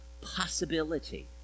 possibility